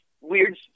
weird